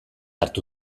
hartu